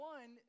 One